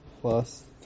plus